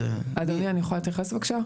אדוני, אני יכולה להתייחס בבקשה?